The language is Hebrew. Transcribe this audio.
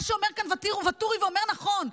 מה שאומר כאן ואטורי, הוא אומר נכון.